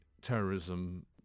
terrorism